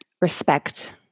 respect